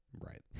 Right